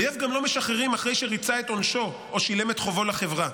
אויב גם לא משחררים אחרי שריצה את עונשו או שילם את חובו לחברה.